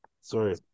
Sorry